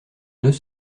deux